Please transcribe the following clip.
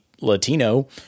Latino